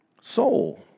soul